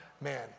man